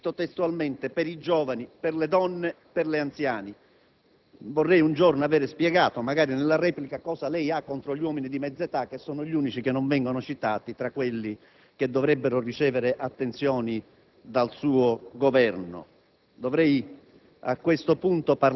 che il suo Governo ha - e cito testualmente - per «i giovani, le donne, gli anziani». Vorrei che un giorno mi sia spiegato, magari nella sua replica, che cosa ha contro gli uomini di mezza età, che sono gli unici a non essere citati tra coloro che dovrebbero ricevere attenzioni del suo Governo.